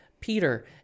Peter